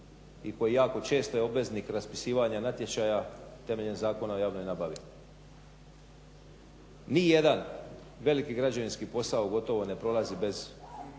i koji jako često je obveznik raspisivanja natječaja temeljem Zakona o javnoj nabavi. Ni jedan veliki građevinski posao gotovo ne prolazi bez